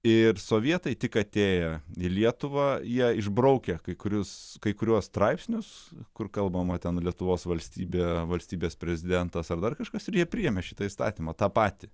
ir sovietai tik atėję į lietuvą jie išbraukė kai kuriuos kai kuriuos straipsnius kur kalbama ten lietuvos valstybė valstybės prezidentas ar dar kažkas ir jie priėmė šitą įstatymą tą patį